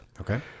Okay